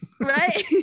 right